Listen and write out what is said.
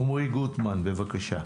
עמרי גוטמן, בבקשה.